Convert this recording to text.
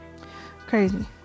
Crazy